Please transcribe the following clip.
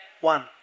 One